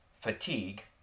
fatigue